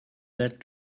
that